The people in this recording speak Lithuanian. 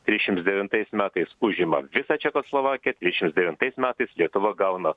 trisdešimts devintais metais užima visą čekoslovakiją trisdešimt devintais metais lietuva gauna